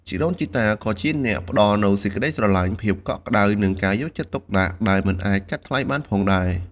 ជីដូនជីតាក៏ជាអ្នកផ្តល់នូវក្តីស្រឡាញ់ ភាពកក់ក្តៅ និងការយកចិត្តទុកដាក់ដែលមិនអាចកាត់ថ្លៃបានផងដែរ។